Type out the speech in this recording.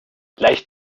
gleich